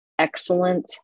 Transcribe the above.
excellent